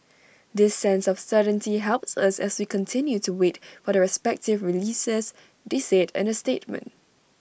this sense of certainty helps us as we continue to wait for the respective releases they said in A statement